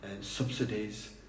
subsidies